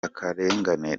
akarengane